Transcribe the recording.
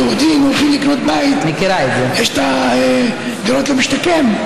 היהודים הולכים לקנות בית, יש את הדירות למשתכן.